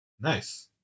Nice